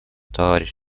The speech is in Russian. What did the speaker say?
товарища